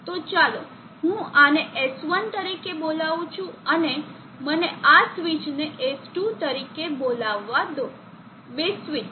તો ચાલો હું આને S1 તરીકે બોલવું છું અને મને આ સ્વીચને S2 તરીકે બોલવવા દો બે સ્વિચ